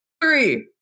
Three